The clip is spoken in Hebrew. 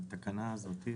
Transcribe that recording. בארץ,